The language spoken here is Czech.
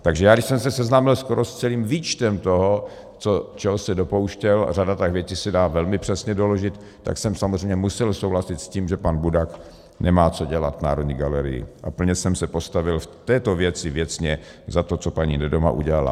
Takže když jsem se seznámil skoro s celým výčtem toho, čeho se dopouštěl, a řada těch věcí se dá velmi přesně doložit, tak jsem samozřejmě musel souhlasit s tím, že pan Budak nemá co dělat v Národní galerii, a plně jsem se postavil v této věci věcně za to, co paní Nedoma udělala.